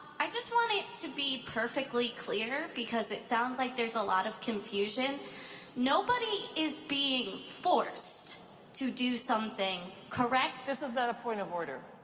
i just want it to be perfectly clear because it sounds like there's a lot of confusion nobody is being forced to do something, correct? this is not a point of order.